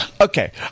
Okay